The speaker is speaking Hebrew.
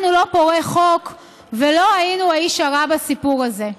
אנחנו לא פורעי חוק ולא היינו האיש הרע בסיפור הזה.